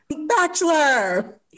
bachelor